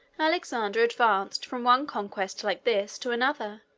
alexander advanced from one conquest like this to another,